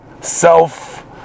self